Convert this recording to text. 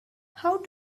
how